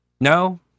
No